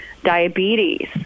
diabetes